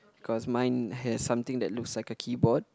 cause mine has something that looks like a keyboard